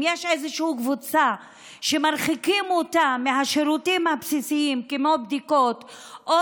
אם יש איזושהי קבוצה שמרחיקים אותה מהשירותים הבסיסיים כמו בדיקות או